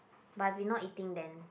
but if we not eating then